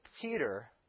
Peter